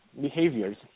behaviors